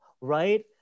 right